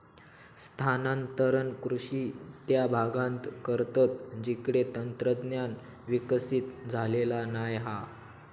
स्थानांतरण कृषि त्या भागांत करतत जिकडे तंत्रज्ञान विकसित झालेला नाय हा